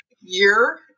year